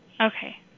Okay